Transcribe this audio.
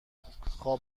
خواب